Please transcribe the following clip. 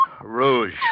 Rouge